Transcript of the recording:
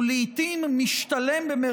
לעיתים "משתלם"